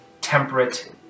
temperate